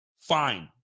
Fine